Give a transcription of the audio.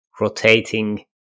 rotating